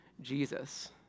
Jesus